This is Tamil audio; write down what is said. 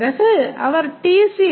சி